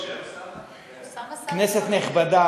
כנסת נכבדה,